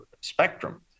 spectrum